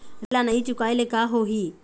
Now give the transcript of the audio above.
ऋण ला नई चुकाए ले का होही?